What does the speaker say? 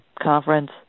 conference